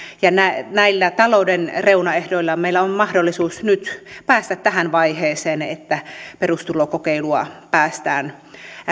ja näillä talouden reunaehdoilla meillä on mahdollisuus nyt päästä tähän vaiheeseen että perustulokokeilua päästään